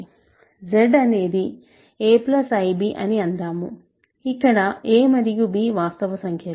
z అనేది a ib అని అందాము ఇక్కడ a మరియు b వాస్తవ సంఖ్యలు